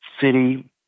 city